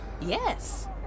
Yes